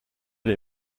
les